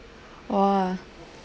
!wah!